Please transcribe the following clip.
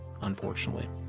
unfortunately